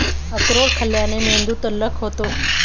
अक्रोड खाल्ल्याने मेंदू तल्लख होतो